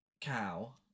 cow